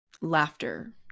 laughter